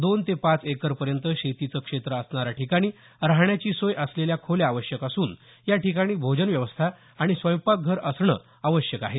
दोन ते पाच एकर पर्यंत शेतीचे क्षेत्र असणाऱ्या ठिकाणी राहण्याची सोय असलेल्या खोल्या आवश्यक असून या ठिकाणी भोजन व्यवस्था आणि स्वयंपाक घर असणं आवश्यक आहे